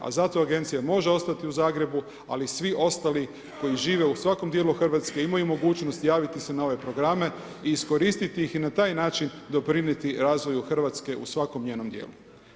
A za to agencija može ostati u Zagrebu ali svi ostali koji žive u svakom djelu Hrvatske imaju mogućnost javiti se na ove programe i iskoristiti ih i na taj način doprinijeti razvoju Hrvatsku svakom njenom djelu.